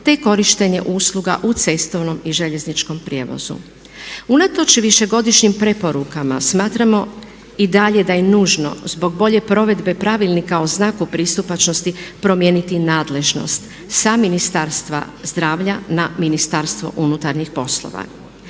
te korištenje usluga u cestovnom i željezničkom prijevozu. Unatoč višegodišnjim preporukama smatramo i dalje da je nužno zbog bolje provedbe pravilnika o znaku pristupačnosti promijeniti nadležnost sa Ministarstva zdravlja na Ministarstvo unutarnjih poslova.